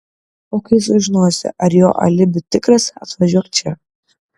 o kai sužinosi ar jo alibi tikras atvažiuok čia